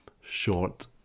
short